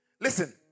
Listen